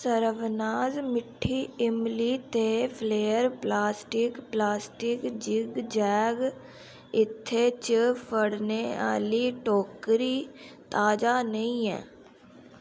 सर्वनाज मिट्ठी इंबली ते फ्लेयर प्लास्टिक प्लास्टिक ज़िग ज़ैग इत्थै च फड़ने आह्ली टोकरी ताजा नेईं ऐ